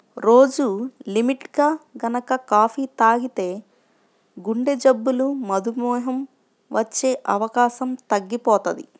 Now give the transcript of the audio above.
రోజూ లిమిట్గా గనక కాపీ తాగితే గుండెజబ్బులు, మధుమేహం వచ్చే అవకాశం తగ్గిపోతది